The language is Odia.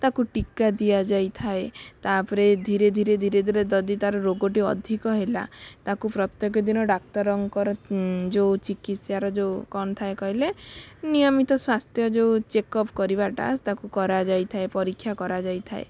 ତାକୁ ଟୀକା ଦିଆଯାଇଥାଏ ତା'ପରେ ଧୀରେ ଧୀରେ ଧୀରେ ଧୀରେ ଯଦି ତା'ର ରୋଗ ଟି ଅଧିକ ହେଲା ତାକୁ ପ୍ରତ୍ୟେକ ଦିନ ଡାକ୍ତରଙ୍କର ଯେଉଁ ଚିକିତ୍ସାର ଯେଉଁ କ'ଣ ଥାଏ କହିଲେ ନିୟମିତ ସ୍ୱାସ୍ଥ୍ୟ ଯେଉଁ ଚେକଅପ୍ କରିବାଟା ତାକୁ କରାଯାଇଥାଏ ପରୀକ୍ଷା କରାଯାଇଥାଏ